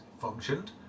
functioned